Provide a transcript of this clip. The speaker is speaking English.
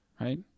Right